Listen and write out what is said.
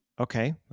Okay